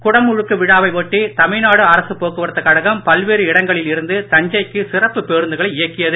குடமுழுக்கு விழாவை ஒட்டி தமிழ்நாடு அரசு போக்குவரத்துக் கழகம் பல்வேறு இடங்களில் இருந்து தஞ்சைக்கு சிறப்பு பேருந்துகளை இயக்கியது